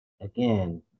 Again